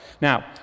Now